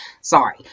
Sorry